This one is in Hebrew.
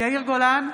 יאיר גולן,